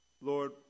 Lord